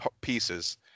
pieces